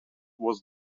was